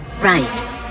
Right